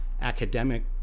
academic